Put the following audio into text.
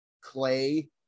clay